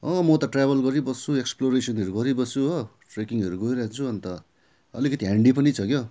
म त ट्राभल गरिबस्छु एक्सप्लोरेसनहरू गरिबस्छु हो ट्रेकिङहरू गइरहन्छु अन्त अलिकति ह्यान्डी पनि छ क्या